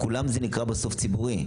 בסוף כולם נקראים ציבוריים,